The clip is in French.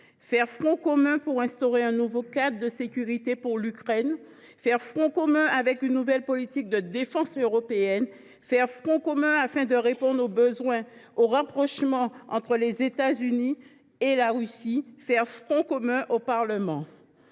faire front commun pour instaurer un nouveau cadre de sécurité pour l’Ukraine ; faire front commun avec une nouvelle politique de défense européenne ; faire front commun afin de répondre au rapprochement entre les États Unis et la Russie ; faire front commun au Parlement.